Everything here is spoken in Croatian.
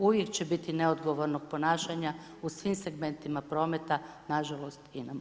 Uvijek će biti neodgovornog ponašanja u svim segmentima prometa, nažalost i na moru.